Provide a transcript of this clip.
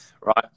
right